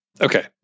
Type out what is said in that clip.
Okay